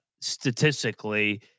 Statistically